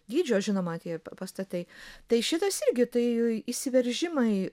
dydžio žinoma tie pastatai tai šitas irgi tai įsiveržimai